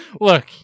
Look